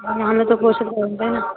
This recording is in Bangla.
নাহলে তো পৌঁছতে পারবে না